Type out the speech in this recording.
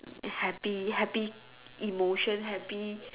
happy happy emotions happy